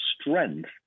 strength